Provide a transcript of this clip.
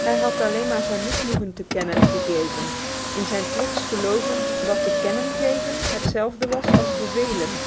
hij had alleen maar zijn misnoegen te kennen gegeven in zijn trots gelovend dat te kennen geven hetzelfde was als bevelen